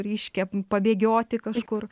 reiškia pabėgioti kažkur